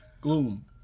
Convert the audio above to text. Gloom